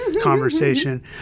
conversation